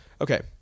okay